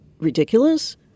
ridiculous